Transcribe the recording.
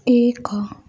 ଏକ